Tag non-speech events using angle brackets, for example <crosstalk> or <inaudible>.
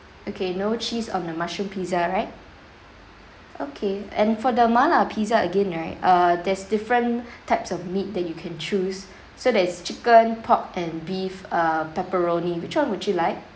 okay no cheese on the mushroom pizza right okay and for the mala pizza again right err there's different <breath> types of meat that you can choose <breath> so there is chicken pork and beef err pepperoni which one would you like